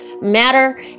matter